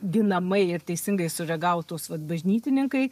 ginamai ir teisingai sureagavo tos vat bažnytininkai